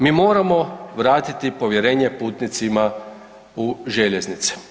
Mi moramo vratiti povjerenje putnicima u željeznice.